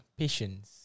patience